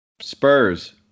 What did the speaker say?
Spurs